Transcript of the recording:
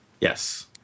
Yes